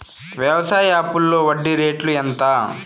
వ్యవసాయ అప్పులో వడ్డీ రేట్లు ఎంత?